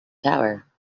tower